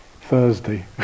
Thursday